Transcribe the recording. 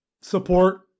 support